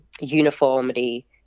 uniformity